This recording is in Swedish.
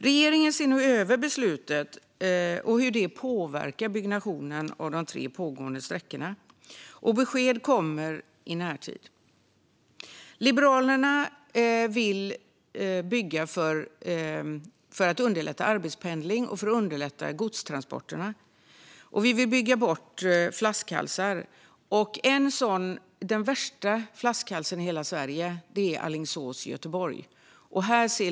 Regeringen ser nu över beslutet och hur det påverkar byggnationen av de tre pågående sträckorna. Besked kommer i närtid. Liberalerna vill bygga för att underlätta arbetspendling och godstransporter. Vi vill bygga bort flaskhalsar. Den värsta flaskhalsen i hela Sverige är sträckan Alingsås-Göteborg.